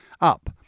up